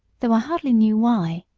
though i hardly knew why.